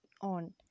on